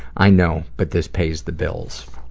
i know, but this pays the bills.